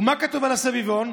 ומה כתוב על הסביבון?